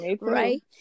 right